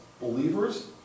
believers